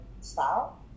style